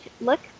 look